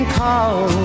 call